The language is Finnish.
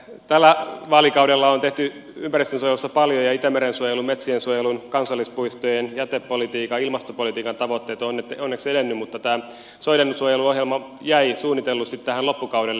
tällä vaalikaudella on tehty ympäristönsuojelussa paljon ja itämeren suojelun metsiensuojelun kansallispuistojen jätepolitiikan ilmastopolitiikan tavoitteet ovat onneksi edenneet mutta tämä soidensuojeluohjelma jäi suunnitellusti tähän loppukaudelle